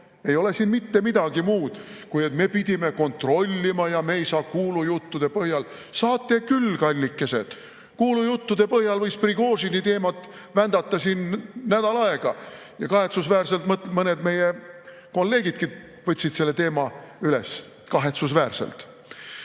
ole siin mitte midagi muud. See, et me pidime kontrollima ja me ei saa kuulujuttude põhjal ... Saate küll, kallikesed! Kuulujuttude põhjal võis Prigožini teemat vändata siin nädal aega ja kahetsusväärselt mõned meie kolleegidki võtsid selle teema üles. Kahetsusväärselt!